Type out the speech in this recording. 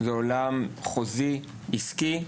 זה עולם חוזי עסקי,